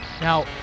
now